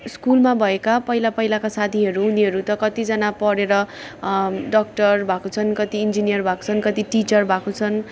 स्कुलमा भएका पहिला पहिलाका साथीहरू उनीहरू त कतिजना पढेर डाक्टर भएका छन् कति इन्जिनियर भएका छन् कति टिचर भएका छन्